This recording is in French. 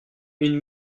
une